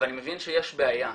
אבל אני מבין שיש בעיה.